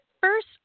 first